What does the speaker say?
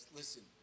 listen